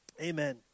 Amen